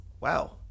wow